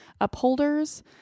upholders